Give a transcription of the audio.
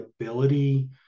ability